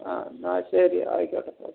ആ എന്നാൽ ശരി ആയിക്കോട്ടെ ഓ